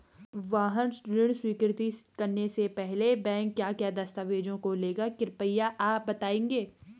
वाहन ऋण स्वीकृति करने से पहले बैंक क्या क्या दस्तावेज़ों को लेगा कृपया आप बताएँगे?